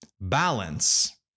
balance